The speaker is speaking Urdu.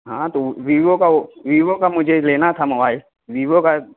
ہاں تو ویوو کا وہ ویوو کا مجھے لینا تھا موبائل ویوو کا